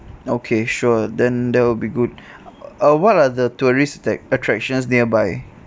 okay sure then that will be good uh what are the tourist like attractions nearby